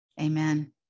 Amen